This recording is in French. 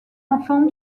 enfant